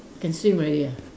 can swim already ah